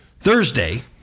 Thursday